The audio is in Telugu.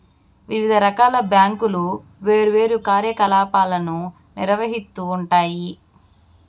వివిధ రకాల బ్యాంకులు వేర్వేరు కార్యకలాపాలను నిర్వహిత్తూ ఉంటాయి